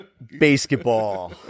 basketball